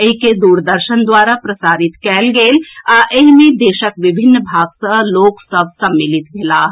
एहि के दूरदर्शन द्वारा प्रसारित कएल गेल आ एहि मे देशक विभिन्न भाग सँ लोक सभ सम्मिलित भेलाह